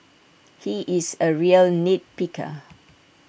he is A real nit picker